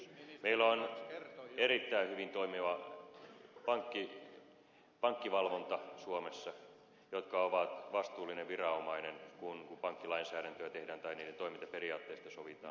meillä on suomessa erittäin hyvin toimiva pankkivalvonta joka on vastuullinen viranomainen kun pankkilainsäädäntöä tehdään tai kun niiden toimintaperiaatteista sovitaan